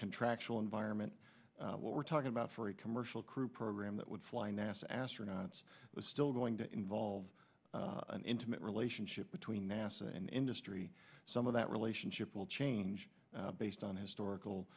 contractual environment what we're talking about for a commercial crew program that would fly nasa astronauts it was still going to involve an intimate relationship between nasa and industry some of that relationship will change based on historical